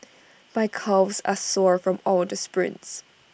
my calves are sore from all the sprints